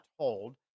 told